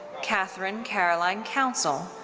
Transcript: catherine caroline council.